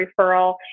referral